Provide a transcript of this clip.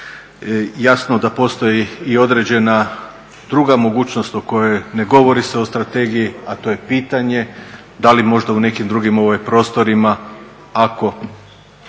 Jasno da postoji i određena druga mogućnost o kojoj ne govori se u strategiji, a to je pitanje da li možda u nekim drugim prostorima ako